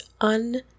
un-